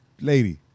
lady